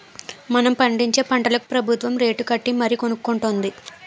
మనం పండించే పంటలకు ప్రబుత్వం రేటుకట్టి మరీ కొనుక్కొంటుంది